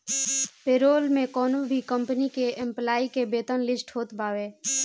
payroll में कवनो भी कंपनी के एम्प्लाई के वेतन लिस्ट होत बावे